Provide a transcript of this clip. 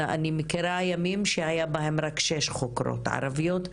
אני מכירה ימים שהיו בהם רק שש חוקרות ערביות,